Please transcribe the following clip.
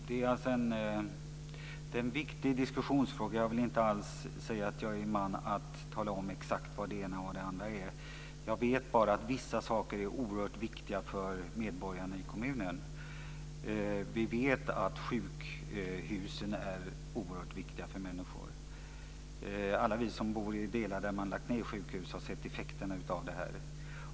Herr talman! Det är en viktig fråga att diskutera. Jag kan inte säga att jag är man att avgöra vad det ena eller andra är. Jag vet bara att vissa saker är oerhört viktiga för medborgarna i kommunerna. Sjukhusen är oerhört viktiga. Alla vi som bor på orter där man lagt ned sjukhus har sett effekterna av det.